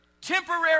temporary